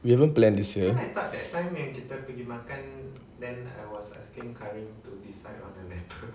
we haven't plan this yet